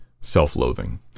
self-loathing